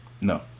No